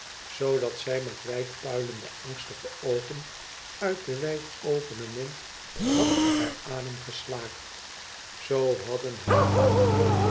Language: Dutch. dat zij met wijd puilende angstige oogen uit wijd openen mond had haar adem geslaakt zoo hadden haar